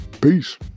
Peace